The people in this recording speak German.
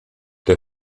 der